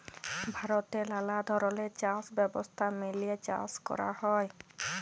ভারতে লালা ধরলের চাষ ব্যবস্থা মেলে চাষ ক্যরা হ্যয়